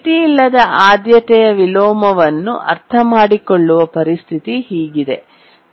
ಮಿತಿಯಿಲ್ಲದ ಆದ್ಯತೆಯ ವಿಲೋಮವನ್ನು ಅರ್ಥಮಾಡಿಕೊಳ್ಳುವ ಪರಿಸ್ಥಿತಿ ಹೀಗಿದೆ